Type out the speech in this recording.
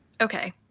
Okay